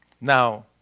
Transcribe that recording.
Now